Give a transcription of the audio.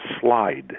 slide